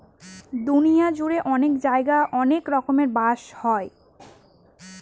দুনিয়া জুড়ে অনেক জায়গায় অনেক রকমের বাঁশ হয়